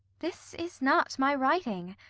this is not my writing,